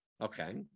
Okay